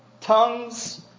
Tongues